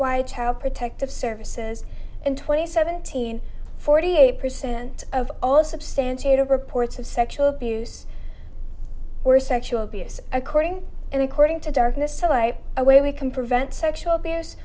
wide child protective services in twenty seventeen forty eight percent of all substantiated reports of sexual abuse or sexual abuse according and according to darkness to light a way we can prevent sexual abuse